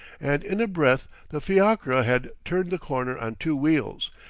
and in a breath the fiacre had turned the corner on two wheels,